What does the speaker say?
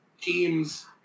Teams